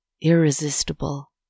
irresistible